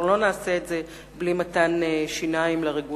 אנחנו לא נעשה את זה בלי מתן שיניים לרגולטור,